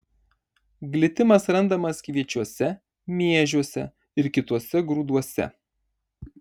glitimas randamas kviečiuose miežiuose ir kituose grūduose